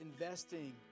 investing